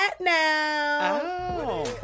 now